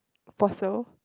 Fossil